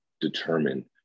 determine